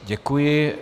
Děkuji.